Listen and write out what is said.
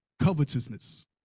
covetousness